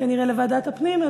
כנראה לוועדת הפנים.